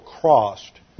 crossed